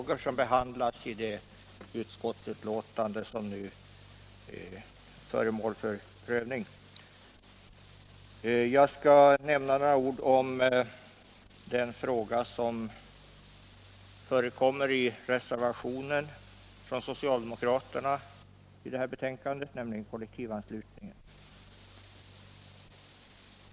Herr talman! Det föregående anförandet visar vilka vitt skilda frågor som behandlas i det utskottsbetänkande som nu är föremål för kammarens prövning. Jag skall säga några ord om den fråga som berörs i reservationen från socialdemokraterna, nämligen kollektivanslutningen.